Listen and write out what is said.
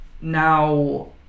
now